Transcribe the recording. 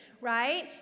right